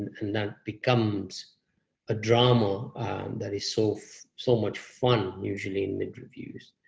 and that becomes a drama that is so so much fun, usually, in mid reviews.